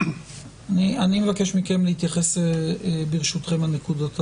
אני מבקש מכם להתייחס ברשותכם לנקודות הבאות: